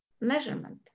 measurement